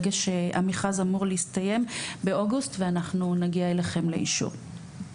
המכרז אמור להסתיים באוגוסט ואנחנו נגיע אליכם לאישור.